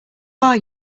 are